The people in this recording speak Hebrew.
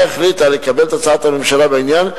החליטה לקבל את הצעת הממשלה בעניין,